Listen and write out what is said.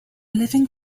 living